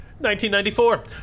1994